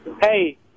Hey